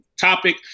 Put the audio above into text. topic